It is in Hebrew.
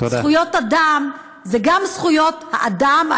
זכויות אדם זה גם זכויות האדם,